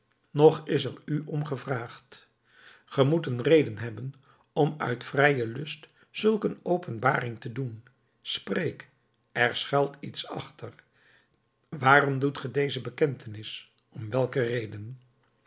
noch is er u om gevraagd ge moet een reden hebben om uit vrijen lust zulk een openbaring te doen spreek er schuilt iets achter waarom doet ge deze bekentenis om welke reden